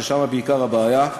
ששם בעיקר הבעיה,